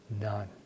none